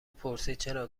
پرسیدچرا